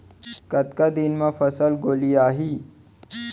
कतका दिन म फसल गोलियाही?